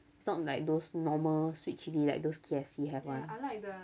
it's not like those normal sweet chili like those K_F_C have [one]